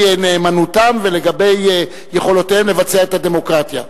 נאמנותם ולגבי יכולותיהם לבצע את הדמוקרטיה.